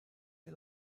you